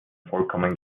vollkommen